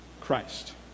Christ